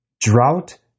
Drought